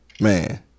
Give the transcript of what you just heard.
Man